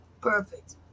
perfect